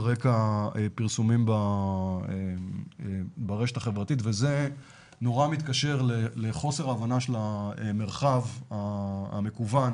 רקע פרסומים ברשת החברתית וזה נורא מתקשר לחוסר הבנה של המרחב המקוון